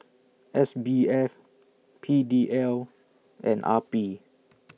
S B F P D L and R P